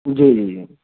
जी जी जी